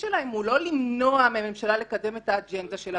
הוא לא למנוע מהממשלה לקדם את האג'נדה שלה,